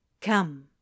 Come